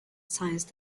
science